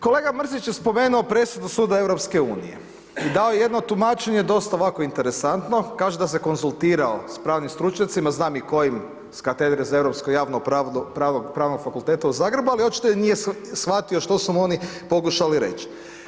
Kolega Mrsić je spomenuo presudu suda EU i dao je jedno tumačenje dosta ovako interesantno, kaže da se konzultirao s pravnim stručnjacima, znam i kojim s katedre za Europsko i javno pravo Pravnog fakulteta u Zagrebu, ali očito ih nije shvatio što su mu oni pokušali reć.